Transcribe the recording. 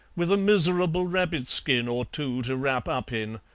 with a miserable rabbit-skin or two to wrap up in,